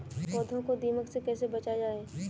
पौधों को दीमक से कैसे बचाया जाय?